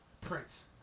Prince